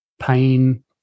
pain